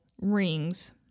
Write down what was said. rings